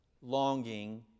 longing